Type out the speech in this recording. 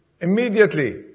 Immediately